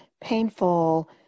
painful